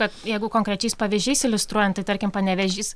kad jeigu konkrečiais pavyzdžiais iliustruojant tai tarkim panevėžys